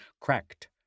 cracked